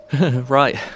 Right